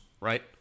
right